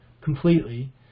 completely